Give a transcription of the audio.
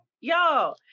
yo